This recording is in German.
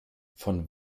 von